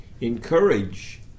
encourage